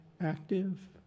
active